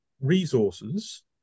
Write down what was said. resources